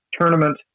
tournament